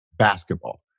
Basketball